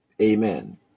Amen